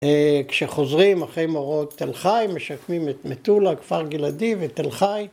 ‫כשחוזרים אחרי מאורעות תל חי, ‫משקמים את מטולה, ‫כפר גלעדי ותל חי.